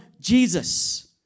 Jesus